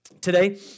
today